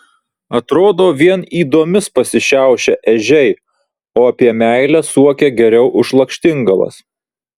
atrodo vien ydomis pasišiaušę ežiai o apie meilę suokia geriau už lakštingalas